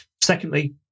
Secondly